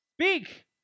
Speak